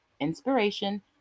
inspiration